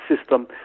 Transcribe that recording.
system